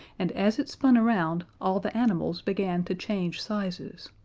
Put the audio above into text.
and as it spun around, all the animals began to change sizes.